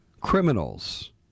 Criminals